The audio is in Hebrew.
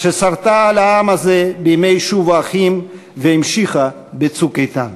ששרתה על העם הזה בימי "שובו אחים" והמשיכה ב"צוק איתן".